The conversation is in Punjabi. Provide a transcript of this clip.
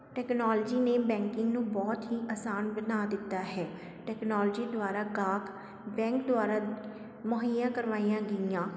ਟੈਕਨੋਲਜੀ ਨੇ ਬੈਂਕਿੰਗ ਨੂੰ ਬਹੁਤ ਅਸਾਨ ਬਣਾ ਦਿੱਤਾ ਹੈ ਟੈਕਨੋਲੋਜੀ ਦੁਆਰਾ ਗਾਹਕ ਬੈਂਕ ਦੁਆਰਾ ਮੁੱਹਈਆ ਕਰਵਾਈਆਂ ਗਈਆਂ